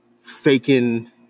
faking